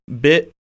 bit